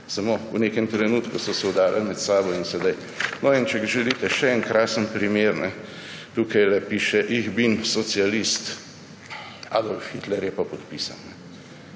samo v nekem trenutku so se udarili med sabo in sedaj … No in če želite še en krasen primer. Tukajle piše: »Ich bin Sozialist,« Adolf Hitler je pa podpisan.